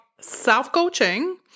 self-coaching